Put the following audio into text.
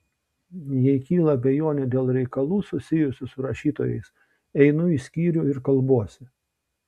jei kyla abejonių dėl reikalų susijusių su rašytojais einu į skyrių ir kalbuosi